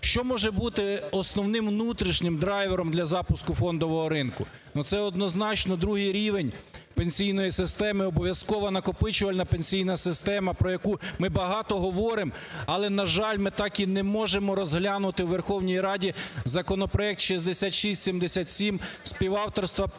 Що може бути основним внутрішнім драйвером для запуску фондового ринку? Ну, це однозначно другий рівень пенсійної системи, обов'язкова накопичувальна пенсійна система, про яку ми багато говоримо. Але, на жаль, ми так і не можемо розглянути у Верховній Раді законопроект 6677 співавторства понад